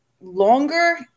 longer